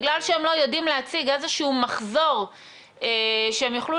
בגלל שהם לא יודעים להציג איזשהו מחזור שהם יוכלו